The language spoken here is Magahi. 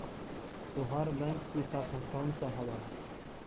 तोहार बैंक की शाखा कौन सा हवअ